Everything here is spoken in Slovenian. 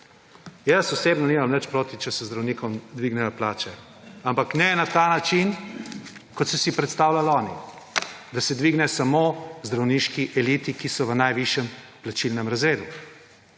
jaz osebno nimam nič proti, če se zdravnikom dvignejo plače, ampak ne na ta način, kot so si predstavljal oni, da se dvigne samo zdravniški eliti, ki so v najvišjem plačilnem razredu,